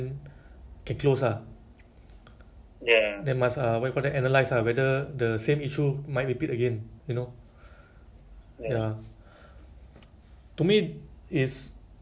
like enriching to do this kind of work but yang tak suka is the I really benci is support twenty four seven on the phone ah